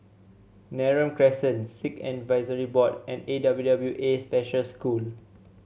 Neram Crescent Sikh Advisory Board and A W W A Special School